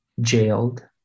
jailed